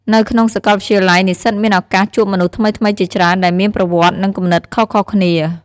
នៅក្នុងសាកលវិទ្យាល័យ និស្សិតមានឱកាសជួបមនុស្សថ្មីៗជាច្រើនដែលមានប្រវត្តិនិងគំនិតខុសៗគ្នា។